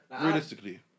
Realistically